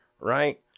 right